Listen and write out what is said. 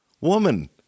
Woman